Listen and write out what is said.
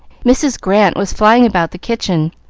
mrs. grant was flying about the kitchen,